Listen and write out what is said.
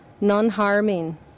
non-harming